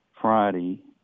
Friday